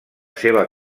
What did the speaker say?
seva